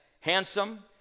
handsome